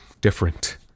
different